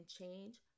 change